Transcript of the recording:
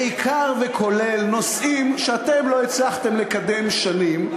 בעיקר וכולל נושאים שאתם לא הצלחתם לקדם שנים,